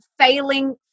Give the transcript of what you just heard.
failing